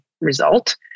result